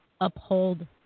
uphold